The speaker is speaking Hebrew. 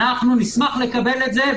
אנחנו נשמח לקבל את זה,